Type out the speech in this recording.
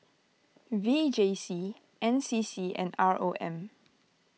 V J C N C C and R O M